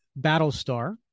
Battlestar